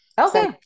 Okay